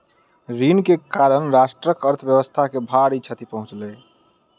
ऋण के कारण राष्ट्रक अर्थव्यवस्था के भारी क्षति पहुँचलै